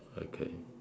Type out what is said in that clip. okay